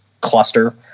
cluster